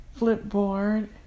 Flipboard